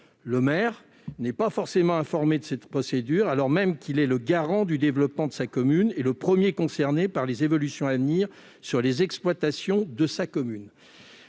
Le maire n'est pas forcément informé de cette procédure, alors même qu'il est le garant de l'urbanisation de sa commune et le premier concerné par une évolution à venir sur les exploitations de sa commune.